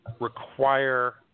require